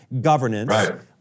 governance